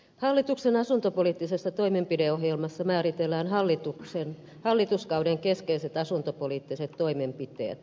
hallituksen asuntopoliittisessa toimenpideohjelmassa määritellään hallituskauden keskeiset asuntopoliittiset toimenpiteet